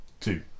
Two